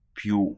più